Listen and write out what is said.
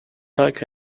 hike